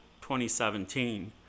2017